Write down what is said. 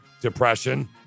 Depression